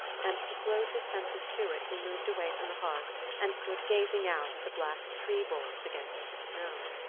and to close his senses to it he moved away from the hearth and stood gazing out at the black tree-boles against the snow.